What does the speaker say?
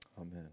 Amen